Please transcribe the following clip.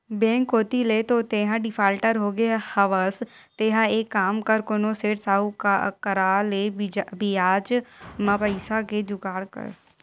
bank कोती ले तो तेंहा डिफाल्टर होगे हवस तेंहा एक काम कर कोनो सेठ, साहुकार करा ले बियाज म पइसा के जुगाड़ कर